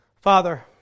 Father